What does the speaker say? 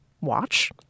watch